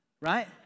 right